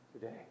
today